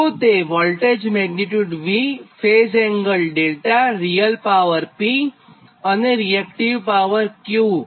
તો તે voltage magnitude V phase angle δ real power P અને રીએક્ટીવ પાવર Q